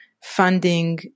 funding